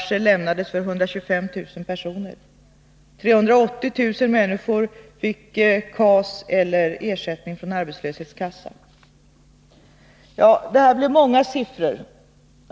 Det här blev många siffror.